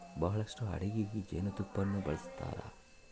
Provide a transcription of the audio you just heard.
ಬಹಳಷ್ಟು ಅಡಿಗೆಗ ಜೇನುತುಪ್ಪನ್ನ ಬಳಸ್ತಾರ